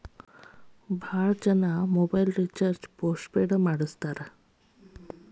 mobile recharge ಭಾಳ್ ಜನ postpaid ಮಾಡಸ್ತಾರ